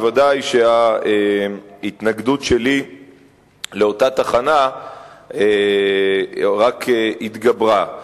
ודאי שההתנגדות שלי לאותה תחנה רק התגברה.